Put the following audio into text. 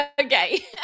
Okay